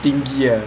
steamed ya